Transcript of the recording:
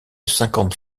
cinquante